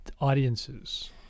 audiences